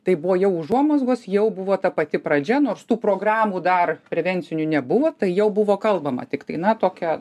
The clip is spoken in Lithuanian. tai buvo jau užuomazgos jau buvo ta pati pradžia nors tų programų dar prevencinių nebuvo tai jau buvo kalbama tiktai na tokia